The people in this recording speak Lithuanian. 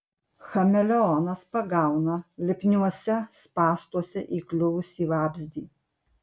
chameleonas pagauna lipniuose spąstuose įkliuvusį vabzdį